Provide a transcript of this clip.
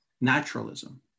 naturalism